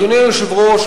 אדוני היושב-ראש,